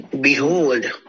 Behold